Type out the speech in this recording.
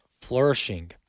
flourishing